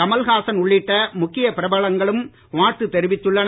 கமல்ஹாசன் உள்ளிட்ட முக்கிய பிரபலங்களும் வாழ்த்து தெரிவித்துள்ளனர்